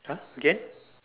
!huh! again